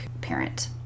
parent